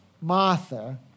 Martha